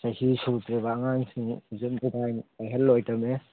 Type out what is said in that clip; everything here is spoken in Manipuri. ꯆꯍꯤ ꯁꯨꯗ꯭ꯔꯤꯕ ꯑꯉꯥꯡꯁꯤꯡ ꯍꯧꯖꯤꯛ ꯃꯣꯕꯥꯏꯟ ꯄꯥꯏꯍꯜꯂꯣꯏꯗꯃꯤ